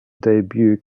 debut